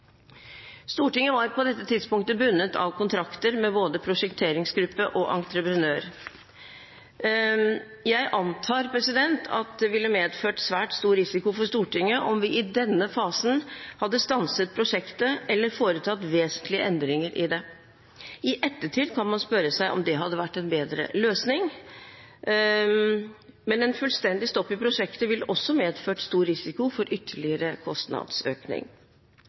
Stortinget var på dette tidspunktet bundet av kontrakter med både prosjekteringsgruppe og entreprenør. Jeg antar at det ville medført svært stor risiko for Stortinget om vi i denne fasen hadde stanset prosjektet eller foretatt vesentlige endringer i det. I ettertid kan man spørre seg om det hadde vært en bedre løsning, men en fullstendig stopp i prosjektet ville også medført stor risiko for ytterligere kostnadsøkning.